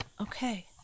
Okay